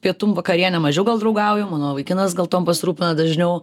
pietum vakariene mažiau gal draugauju mano vaikinas gal tuom pasirūpina dažniau